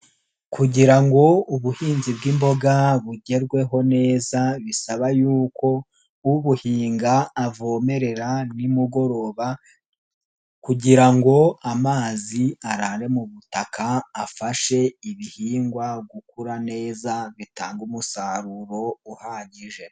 Kugira ngo ubuhinzi bw'imboga bugerweho neza bisaba yuko, ubuhinga avomerera nimugoroba kugira ngo amazi arare mu butaka afashe ibihingwa gukura neza bitanga umusaruro uhagije.